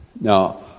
Now